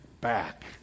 back